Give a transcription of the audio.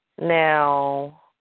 Now